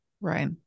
Right